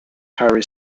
harry